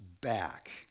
back